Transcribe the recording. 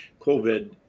covid